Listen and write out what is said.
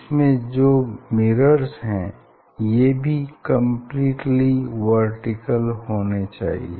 इसमें जो मिरर्स है ये भी कम्प्लीटली वर्टीकल होने चाहिए